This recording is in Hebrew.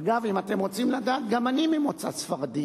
אגב, אם אתם רוצים לדעת, גם אני ממוצא ספרדי.